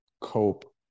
cope